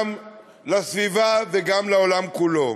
גם לסביבה וגם לעולם כולו.